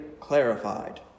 clarified